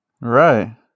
Right